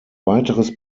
weiteres